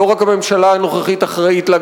לא רק הממשלה הנוכחית אחראית לה,